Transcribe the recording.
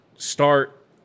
start